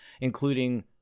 including